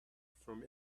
from